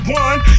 one